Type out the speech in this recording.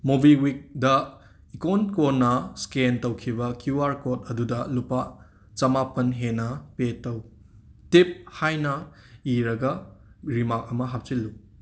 ꯃꯣꯕꯤꯋꯤꯛꯗ icon ꯀꯣꯟꯅ scan ꯇꯧꯈꯤꯕ Q R code ꯑꯗꯨꯗ ꯂꯨꯄꯥ ꯆꯥꯃꯥꯄꯟ ꯍꯦꯟꯅ ꯄꯦ ꯇꯧ ꯇꯤꯞ ꯍꯥꯏꯅ ꯏꯔꯒ ꯔꯤꯃꯥꯛ ꯑꯃ ꯍꯥꯞꯆꯤꯜꯂꯨ